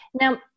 Now